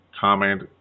comment